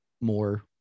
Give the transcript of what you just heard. more